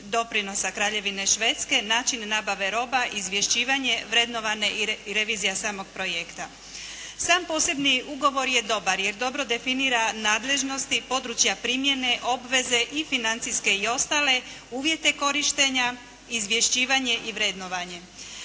doprinosa Kraljevine Švedske, način nabave roba, izvješćivanje, vrednovanje i revizija samog projekta. Sam posebni ugovor je dobar jer dobro definira nadležnosti područja primjene, obveze i financijske i ostale uvjete korištenja, izvješćivanje i vrednovanje.